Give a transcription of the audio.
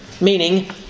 meaning